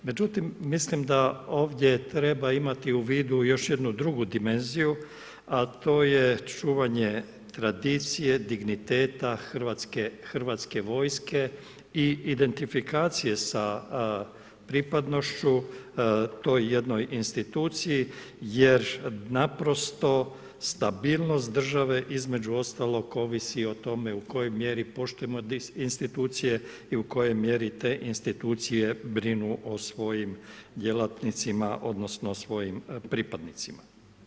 Međutim, mislim da ovdje treba imati u vidu još jednu drugu dimenziju, a to je čuvanje tradicije, digniteta HV-a i identifikacije sa pripadnošću toj jednoj instituciji jer naprosto stabilnost države između ostalog ovisi o tome u kojoj mjeri poštujemo institucije i u kojoj mjeri te institucije brinu o svojim djelatnicima odnosno svojim pripadnicima.